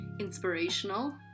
inspirational